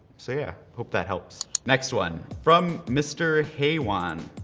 so yeah, hoep that helps. next one, from mr. haywan.